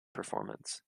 performance